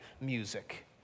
music